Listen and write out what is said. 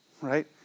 right